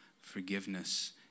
forgiveness